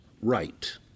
right